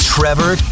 Trevor